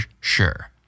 sure